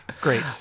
Great